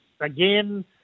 Again